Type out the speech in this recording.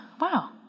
Wow